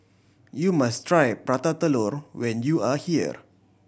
you must try Prata Telur when you are here